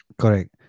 Correct